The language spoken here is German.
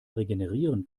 regenerieren